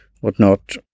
whatnot